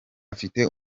afite